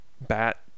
bat